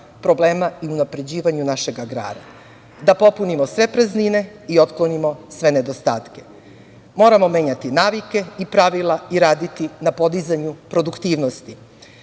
problema i unapređivanju našeg agrara. Da popunimo sve praznine i otklonimo sve nedostatke. Moramo menjati navike i pravila i raditi na podizanju produktivnosti. Navešću